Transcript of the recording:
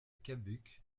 cabuc